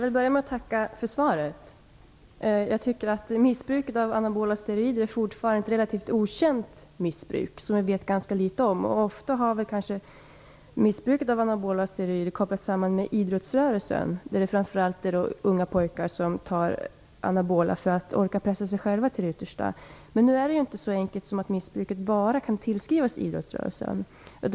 Herr talman! Jag vill börja med att tacka för svaret. Missbruket av anabola steroider är fortfarande ett relativt okänt missbruk, som vi vet ganska litet om. Ofta har missbruket av anabola steroider kopplats samman med idrottsrörelsen, där det framför allt är unga pojkar som tar anabola steroider för att orka pressa sig själva till det yttersta. Nu är det inte så enkelt som att missbruket kan tillskrivas bara idrottsrörelsen.